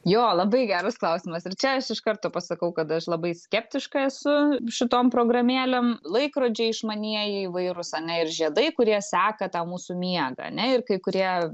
jo labai geras klausimas ir čia aš iš karto pasakau kad aš labai skeptiška esu šitom programėlėm laikrodžiai išmanieji įvairūs ane ir žiedai kurie seka tą mūsų miegą ane ir kai kurie